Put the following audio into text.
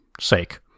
sake